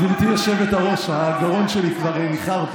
גברתי היושבת-ראש, הגרון שלי כבר ניחר פה.